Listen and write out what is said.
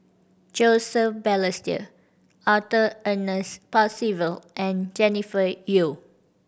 Joseph Balestier Arthur Ernest Percival and Jennifer Yeo